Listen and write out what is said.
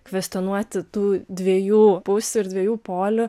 kvestionuoti tų dviejų pusių ir dviejų polių